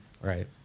Right